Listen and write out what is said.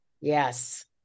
Yes